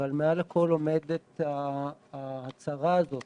אבל מעל הכול עומדת ההצהרה הזאת